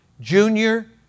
junior